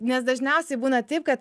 nes dažniausiai būna taip kad